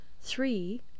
three